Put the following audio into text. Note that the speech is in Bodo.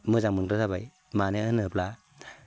मोजां मोनग्रा जाबाय मानो होनोब्ला